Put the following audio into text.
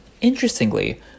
Interestingly